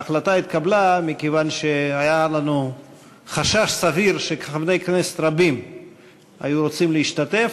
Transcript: ההחלטה התקבלה מכיוון שהיה לנו חשש סביר שחברי כנסת רבים רוצים להשתתף,